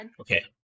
Okay